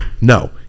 No